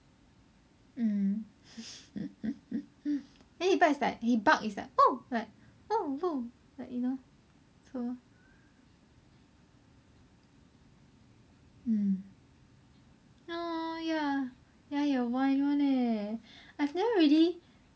mm then he barks his bark is like like you know so mm !aww! ya ya he will whine one leh I have never really